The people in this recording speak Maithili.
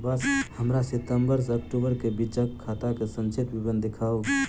हमरा सितम्बर सँ अक्टूबर केँ बीचक खाता केँ संक्षिप्त विवरण देखाऊ?